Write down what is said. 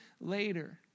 later